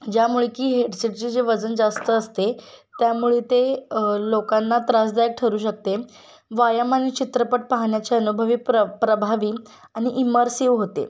ज्यामुळे की हेडसेटचे जे वजन जास्त असते त्यामुळे ते लोकांना त्रासदायक ठरू शकते वायाम आणि चित्रपट पाहण्याचे अनुभवी प्र प्रभावी आणि इमरसिव होते